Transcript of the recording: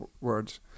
words